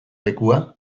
lekua